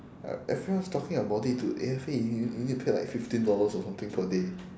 uh everyone's talking about it dude A_F_A y~ you need to pay like fifteen dollars or something per day